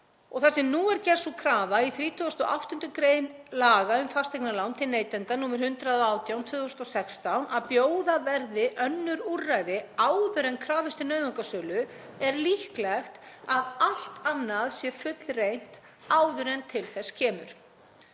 Þar sem nú er gerð sú krafa, í 38. gr. laga um fasteignalán til neytenda, nr. 118/2016, að bjóða verði önnur úrræði áður en krafist er nauðungarsölu er líklegt að allt annað sé fullreynt áður en til þess kemur.